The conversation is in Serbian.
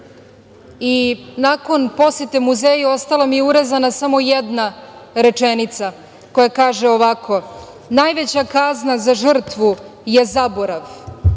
Nakon posete muzeju, ostala mi je urezana samo jedna rečenica koja kaže ovako- najveća kazna za žrtvu je zaborav. Zato